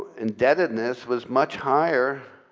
indebtedness was much higher,